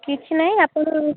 କିଛି ନାହିଁ ଆପଣ